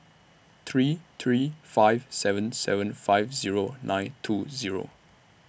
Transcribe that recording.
three three five seven seven five Zero nine two Zero